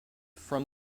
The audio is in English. from